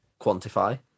quantify